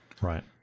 Right